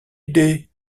idée